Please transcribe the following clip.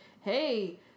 hey